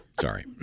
Sorry